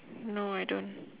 no I don't